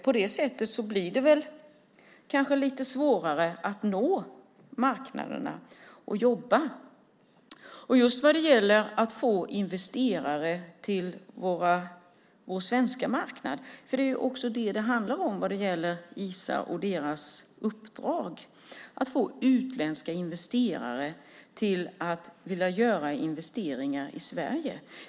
På det sättet blir det kanske lite svårare att nå marknaderna och jobba. Just vad det gäller att få investerare till vår svenska marknad handlar det också för Isa och dess uppdrag om att få utländska investerare att vilja göra investeringar i Sverige.